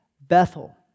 Bethel